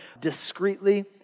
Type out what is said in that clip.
discreetly